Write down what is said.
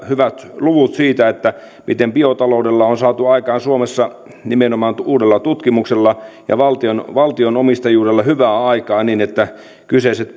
hyvät luvut siitä miten biotaloudella on saatu suomessa nimenomaan uudella tutkimuksella ja valtion valtion omistajuudella hyvää aikaan niin että kyseiset